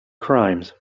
crimes